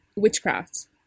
witchcraft